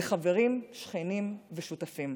לחברים, שכנים ושותפים.